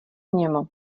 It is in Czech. němu